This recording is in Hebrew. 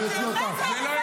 לא תנצלו את החוקים האלה.